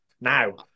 Now